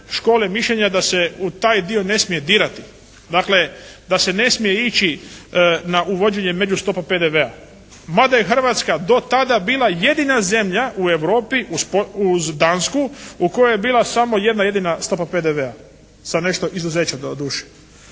škole mišljenja da se u taj dio ne smije dirati. Dakle, da se ne smije ići na uvođenje međustope PDV-a, mada je Hrvatska do tada bila jedina zemlja u Europi uz Dansku u kojoj je bila samo jedna, jedina stopa PDV-a, sa nešto izuzeća doduše.